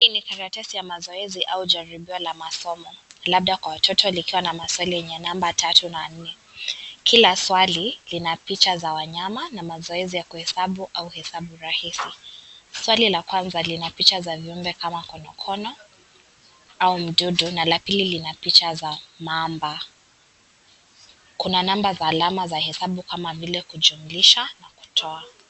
Hiki ni karatasi ya mazoezi au jaribio la masomo labda Kwa watoto likiwa na maswali yenye namba tatu na nne kila swali lina picha za wanyama na mazoezi ya kuhesabu hau hesabu rahisi swali la kwanza lina picha za viumbe kama konokono au mdudu na la pili lina picha za mamba kuna namba za alama za hesabu kama vile kujumlisha na kutoa.